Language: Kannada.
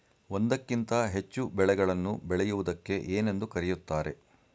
ಒಂದಕ್ಕಿಂತ ಹೆಚ್ಚು ಬೆಳೆಗಳನ್ನು ಬೆಳೆಯುವುದಕ್ಕೆ ಏನೆಂದು ಕರೆಯುತ್ತಾರೆ?